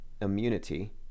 Immunity